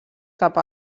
cap